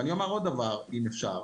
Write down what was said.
ואני אומר עוד דבר, אם אפשר.